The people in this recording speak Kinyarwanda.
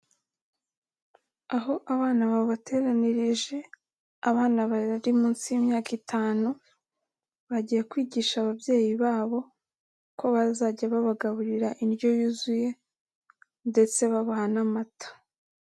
Aho abana babateranirije, abana bari munsi y'imyaka itanu, bagiye kwigisha ababyeyi babo, ko bazajya babagaburira indyo yuzuye ndetse babaha n'amata.